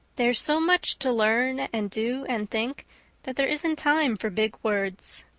there's so much to learn and do and think that there isn't time for big words.